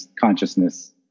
consciousness